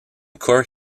core